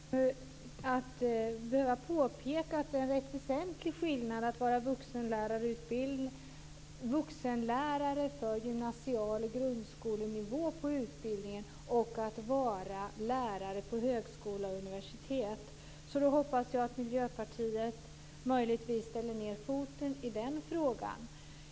Fru talman! Jag är ledsen att behöva påpeka att det är en rätt väsentlig skillnad mellan att vara vuxenlärare inom utbildningen på gymnasial och grundskolenivå och att vara lärare på högskola och universitet. Jag hoppas att Miljöpartiet möjligen sätter ned foten i den frågan.